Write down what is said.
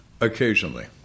occasionally